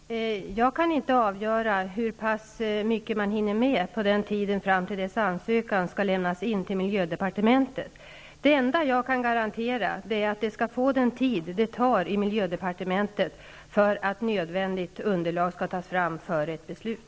Herr talman! Jag kan inte avgöra hur pass mycket man hinner med under den tid som återstår fram till dess att ansökan skall lämnas in till miljödepartementet. Det enda jag kan garantera är att det skall få ta den tid i miljödepartementet som krävs för att nödvändigt underlag skall kunna tas fram för ett beslut.